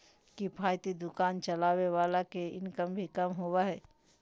किफायती दुकान चलावे वाला के इनकम भी कम होबा हइ